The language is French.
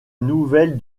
nouvelle